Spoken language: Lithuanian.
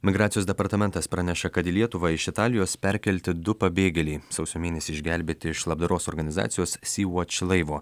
migracijos departamentas praneša kad į lietuvą iš italijos perkelti du pabėgėliai sausio mėnesį išgelbėti iš labdaros organizacijos sy vuač laivo